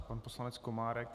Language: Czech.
Pan poslanec Komárek.